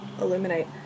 illuminate